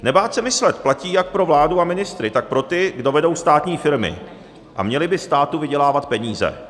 Nebát se myslet platí jak pro vládu a ministry, tak pro ty, kdo vedou státní firmy a měli by státu vydělávat peníze.